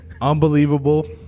Unbelievable